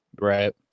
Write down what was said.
Right